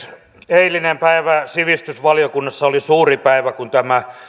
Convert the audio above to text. eilinen päivä sivistysvaliokunnassa oli suuri päivä kun tämä